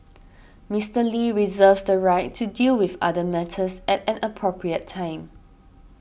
Mister Lee reserves the right to deal with other matters at an appropriate time